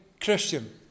Christian